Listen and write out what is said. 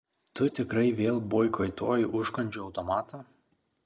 tu tikrai vėl boikotuoji užkandžių automatą